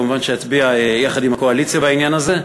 כמובן שאצביע יחד עם הקואליציה בעניין הזה,